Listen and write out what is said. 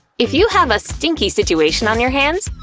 if you have a stinky situation on your hands,